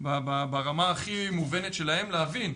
ברמה הכי מובנת שלהם, להבין: